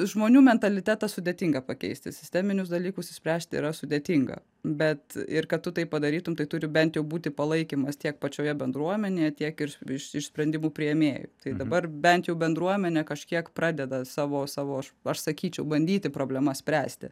žmonių mentalitetą sudėtinga pakeisti sisteminius dalykus išspręsti yra sudėtinga bet ir kad tu taip padarytum tai turi bent jau būti palaikymas tiek pačioje bendruomenėje tiek ir iš iš sprendimų priėmėjų tai dabar bent jau bendruomenė kažkiek pradeda savo savo aš sakyčiau bandyti problemas spręsti